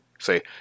Say